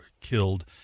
killed